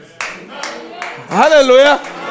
hallelujah